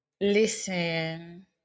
Listen